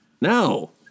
No